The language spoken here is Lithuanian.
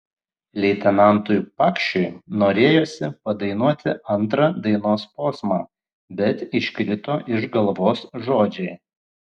leitenantui pakšiui norėjosi padainuoti antrą dainos posmą bet iškrito iš galvos žodžiai